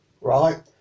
right